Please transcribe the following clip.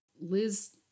Liz